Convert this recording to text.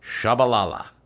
Shabalala